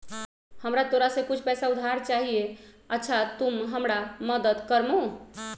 हमरा तोरा से कुछ पैसा उधार चहिए, अच्छा तूम हमरा मदद कर मूह?